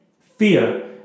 Fear